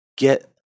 Get